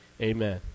Amen